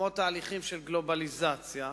כמו תהליכים של גלובליזציה,